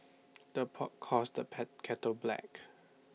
the pot calls the pat kettle black